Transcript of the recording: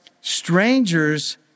strangers